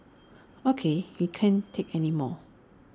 ok we can't take anymore